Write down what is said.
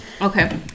Okay